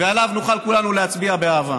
ועליו נוכל כולנו להצביע באהבה.